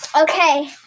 okay